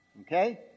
Okay